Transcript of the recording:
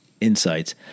Insights